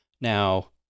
Now